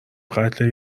قتل